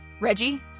Reggie